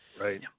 right